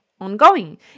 ongoing